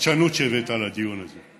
החדשנות שהבאת לדיון הזה.